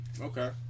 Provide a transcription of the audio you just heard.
Okay